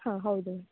ಹಾಂ ಹೌದು